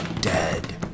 dead